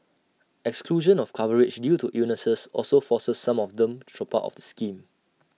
exclusion of coverage due to illnesses also forces some of them to drop out of the scheme